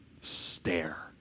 Stare